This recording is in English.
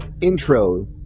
intro